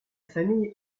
famille